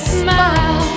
smile